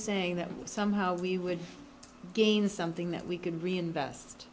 saying that somehow we would gain something that we can reinvest